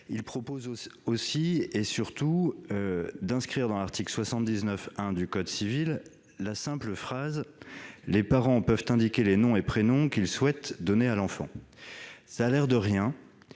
Il vise aussi et surtout à inscrire, à l'article 79-1 du code civil, que les parents peuvent indiquer les noms et prénoms qu'ils souhaitent donner à l'enfant.